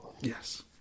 Yes